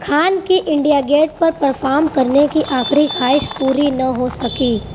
خان کی India Gate پر perform کرنے کی آخری خواہش پوری نہ ہو سکی